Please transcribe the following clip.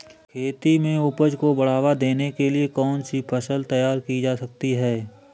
खेती में उपज को बढ़ावा देने के लिए कौन सी फसल तैयार की जा सकती है?